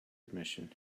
admission